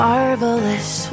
Marvelous